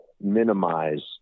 minimize